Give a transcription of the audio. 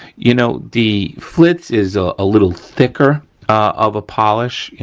you know, the flitz is ah a little thicker of a polish. you